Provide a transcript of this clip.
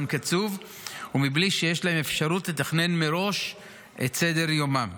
קצוב ומבלי שיש להם אפשרות לתכנן מראש את סדר-יומם.